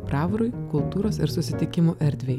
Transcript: bravorui kultūros ir susitikimų erdvei